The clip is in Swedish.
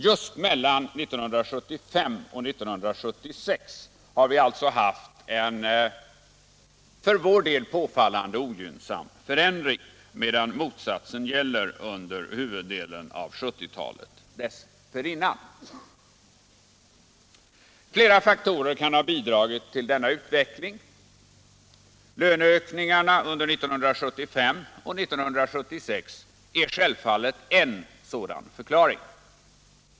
Just 1975 och 1976 har vi alltså haft en för vår del påfallande ogynnsam förändring, medan motsatsen gäller under huvuddelen av 1970-talet dessförinnan. Flera faktorer kan ha bidragit till denna utveckling. Löneökningarna under 1975 och 1976 är självfallet en faktor.